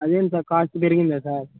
అదేంటి sir cost పెరిగిందా sir